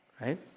right